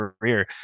career